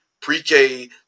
Pre-K